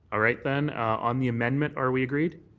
all right, then. on the amendment, are we agreed?